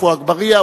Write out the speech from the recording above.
עפו אגבאריה,